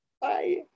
bye